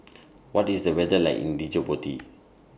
What IS The weather like in Djibouti